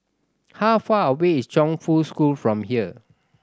how far away is Chongfu School from here